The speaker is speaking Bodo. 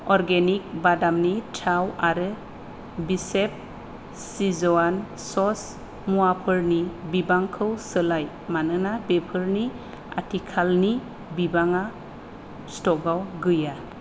अर्गनिक बादामनि थाव आरो बिशेफ चिजवान सस मुवाफोरनि बिबांखौ सोलाय मानोना बेफोरनि आथिखालनि बिबाङा स्टकाव गैया